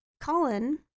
Colin